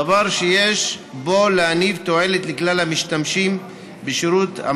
דבר שיש בו להניב תועלת לכלל המשתמשים בשירות,